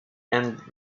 and